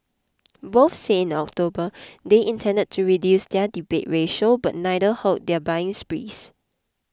both said in October they intended to reduce their debt ratio but neither halted their buying sprees